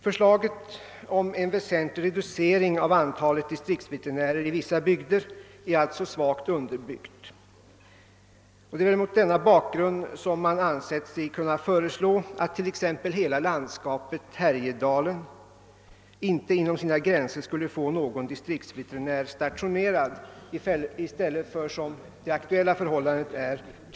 Förslaget om en väsentlig reducering av antalet distriktsveterinärer i vissa bygder är alltså svagt underbyggt. Men det är mot denna bakgrund man ansett sig kunna föreslå att t.ex. hela landskapet Härjedalen inte inom sina gränser skulle få någon distriktsveterinär stationerad, medan det nu är två som är stationerade där.